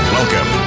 Welcome